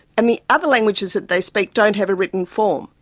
and the other languages that they speak don't have a written form,